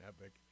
epic